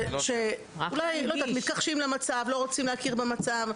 אולי מתכחשים למצב, לא רוצים להכיר במצב.